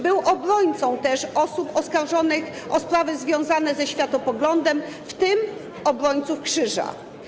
Był obrońcą osób oskarżonych o sprawy związane ze światopoglądem, w tym obrońców krzyża.